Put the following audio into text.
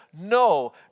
no